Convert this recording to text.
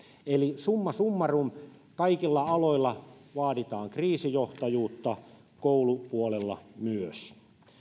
eli summa summarum kaikilla aloilla vaaditaan kriisijohtajuutta koulupuolella myös